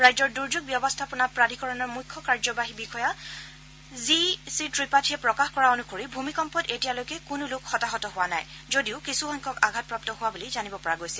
ৰাজ্যৰ দুৰ্যোগ ব্যৱস্থাপনা প্ৰাধিকৰণৰ মুখ্য কাৰ্যবাহী বিষয়া জি চি ব্ৰিপাঠীয়ে প্ৰকাশ কৰা অনুসৰি ভূমিকম্পত এতিয়ালৈকে কোনো লোক হতাহত হোৱা নাই যদিও কিছুসংখ্যক আঘাতপ্ৰাপু হোৱা বুলি জানিব পৰা গৈছে